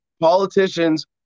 Politicians